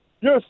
yes